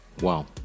wow